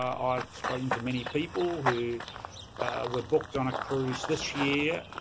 um i've spoken to many people who were booked on a cruise this year,